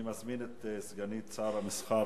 אני מזמין את סגנית שר התעשייה,